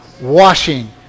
Washing